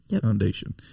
foundation